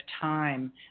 time